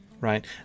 right